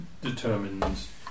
determines